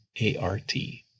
A-R-T